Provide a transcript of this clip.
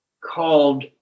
called